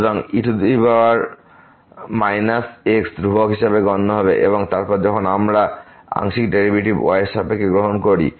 সুতরাং e power minus x ধ্রুবক হিসাবে গণ্য হবে এবং তারপর যখন আমরা আংশিক ডেরিভেটিভকে y এরসাপেক্ষে গ্রহণ করি